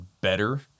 better